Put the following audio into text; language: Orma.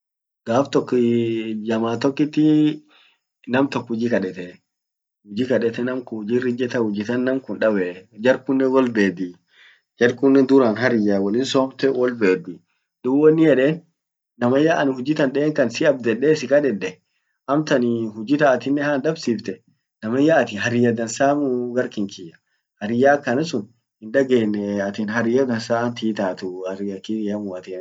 gaf tok jama tokiti, nam tok huji kadetee huji kadete namkun hujir ijeta huji tan namkun dabee. Jar kunen woll bedii, jar kunnen duran hariyya wollin somte dub wonin yeden namanyaa an huji tan denkan siabddhede sikadede, amtan huji atinen haan dabsifte namanyaa atin hariyya dansamuu gar kinkiyya. hariyya akanasun hindagenne, atin hariyya dansa ant hiitatu hariyya kiyamu eg an huji sun sirra dab.